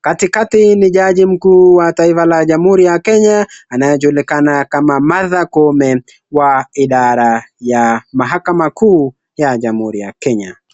Katikati ni jaji mkuu wa taifa la jamhuri ya Kenya anayejulikana kama Martha Koome wa idhara ya mahakama kuu ya jamhuri ya Kenya.